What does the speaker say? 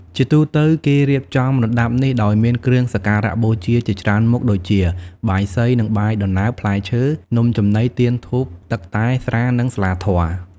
ជាទូទៅ គេរៀបចំរណ្តាប់នេះដោយមានគ្រឿងសក្ការៈបូជាជាច្រើនមុខដូចជា បាយសី និងបាយដំណើប ផ្លែឈើ នំចំណី ទៀន ធូប ទឹកតែ ស្រា និងស្លាធម៌។